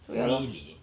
really